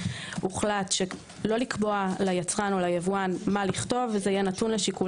הוחלט לא לקבוע ליצרן או ליבואן מה לכתוב וזה יהיה נתון לשיקול